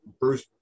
bruce